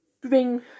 bring